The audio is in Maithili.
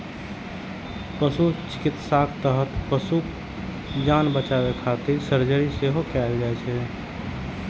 पशु चिकित्साक तहत पशुक जान बचाबै खातिर सर्जरी सेहो कैल जाइ छै